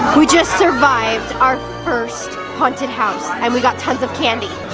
we just survived our first haunted house and we got tons of candy.